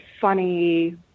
funny